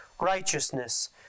righteousness